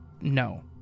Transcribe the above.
no